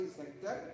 sector